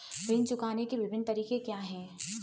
ऋण चुकाने के विभिन्न तरीके क्या हैं?